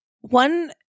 one